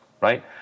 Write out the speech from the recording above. right